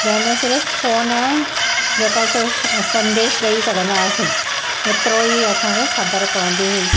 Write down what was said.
जंहिं में सिर्फु फ़ोन ऐं जेको सो स संदेश ॾेई सघंदा हुआसीं एतिरो ई असांखे ख़बर पवंदी हुई